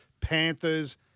Panthers